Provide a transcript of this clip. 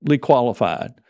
qualified